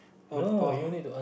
about